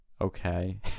Okay